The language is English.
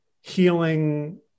healing